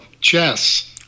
Chess